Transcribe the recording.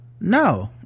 no